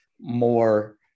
more